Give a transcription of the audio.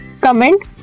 Comment